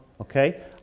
Okay